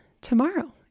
tomorrow